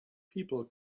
people